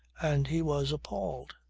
and he was appalled.